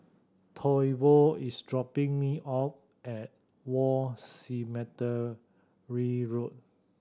Toivo is dropping me off at War Cemetery Road